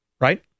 right